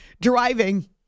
driving